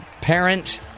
parent